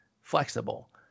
flexible